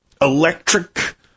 electric